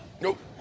Nope